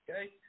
Okay